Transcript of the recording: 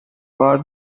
part